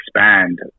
expand